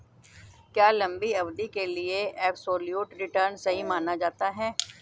क्या लंबी अवधि के लिए एबसोल्यूट रिटर्न सही माना जाता है?